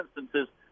instances